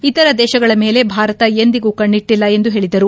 ಇತರ ದೇಶಗಳ ಮೇಲೆ ಭಾರತ ಎಂದಿಗೂ ಕಣ್ಣಿಟ್ಟಿಲ್ಲ ಎಂದು ಹೇಳಿದರು